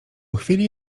chwili